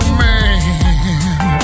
man